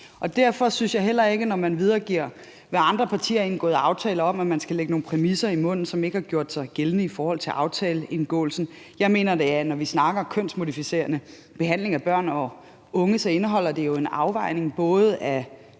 Derfor synes jeg heller ikke, at man, når man videregiver, hvad andre partier har indgået aftale om, skal lægge dem nogle præmisser i munden, som ikke har gjort sig gældende i forhold til aftaleindgåelsen. Jeg mener, at det jo, når vi snakker kønsmodificerende behandling af børn og unge, så indeholder en afvejning af